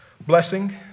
blessing